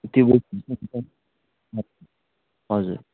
त्यो हजुर